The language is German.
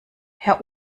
herr